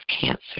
cancer